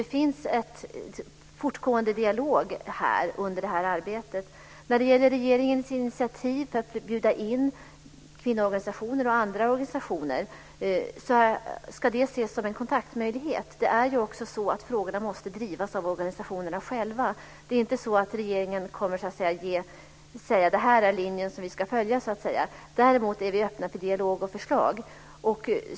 Det finns alltså en fortgående dialog under det här arbetet. Regeringens initiativ för att bjuda in kvinnoorganisationer och andra organisationer ska ses som en möjlighet till kontakt. Frågorna måste också drivas av organisationerna själva. Regeringen kommer inte att säga att det här är den linje som vi ska följa. Däremot är vi öppna för dialog och förslag.